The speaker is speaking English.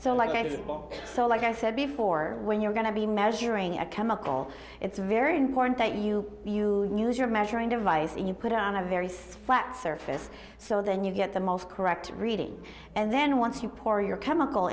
little soul like i said before when you're going to be measuring a chemical it's very important that you you use your measuring device and you put on a very flat surface so then you get the most correct reading and then once you pour your chemical